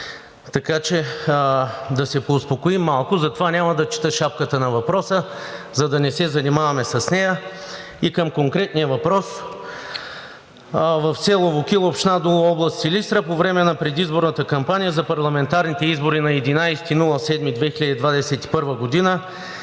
минути. Да се поуспокоим малко. Няма да чета шапката на въпроса, за да не се занимаваме с нея. Към конкретния въпрос – в село Вокил, община Дулово, област Силистра, по време на предизборната кампания за парламентарните избори на 11 юли 2021 г.